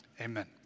Amen